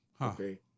okay